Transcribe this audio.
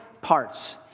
parts